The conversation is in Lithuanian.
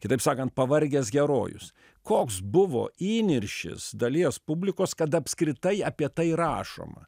kitaip sakant pavargęs herojus koks buvo įniršis dalies publikos kad apskritai apie tai rašoma